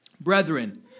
Brethren